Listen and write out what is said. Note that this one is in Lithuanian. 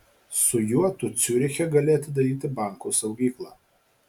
su juo tu ciuriche gali atidaryti banko saugyklą